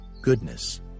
goodness